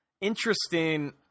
interesting